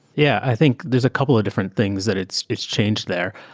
yeah, i think there's a couple of different things that it's it's changed there.